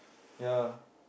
ya